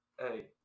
hey